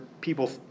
people